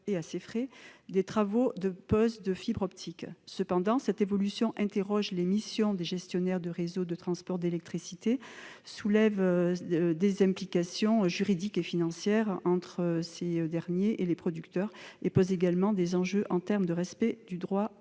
et à ses frais, des travaux de pose de fibre optique. Cependant, cette évolution interroge les missions des gestionnaires de réseau de transport d'électricité, emporte des implications juridiques et financières entre ces derniers et les producteurs et soulève également des enjeux en termes de respect du droit de